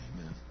Amen